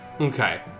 Okay